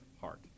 heart